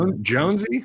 Jonesy